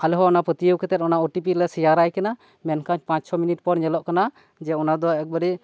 ᱟᱞᱮ ᱦᱚᱸ ᱚᱱᱟ ᱯᱟᱹᱛᱭᱟᱹᱣ ᱠᱟᱛᱮᱫ ᱚᱱᱟ ᱳᱴᱤᱯᱤ ᱞᱮ ᱥᱮᱭᱟᱨᱟᱭ ᱠᱟᱱᱟ ᱢᱮᱱᱠᱷᱟᱱ ᱯᱟᱪ ᱪᱷᱚ ᱢᱤᱱᱤᱴ ᱯᱚᱨ ᱧᱮᱞᱚᱜ ᱠᱟᱱᱟ ᱡᱮ ᱚᱱᱟ ᱫᱚ ᱮᱠᱵᱟᱨᱮ